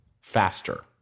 faster